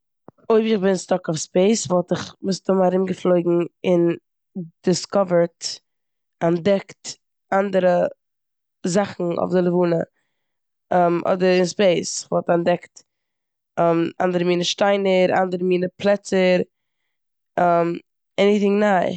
אויב איך בין סטאק אויף ספעיס וואלט איך מסתמא ארומגעפלויגן און דיסקאווערט- אנטדעקט אנדערע זאכן אויף די לבנה אדער אין ספעיס. כ'וואלט אנטדעקט אנדערע מינע שטיינער, אנדערע מינע פלעצער. עניטינג ניי.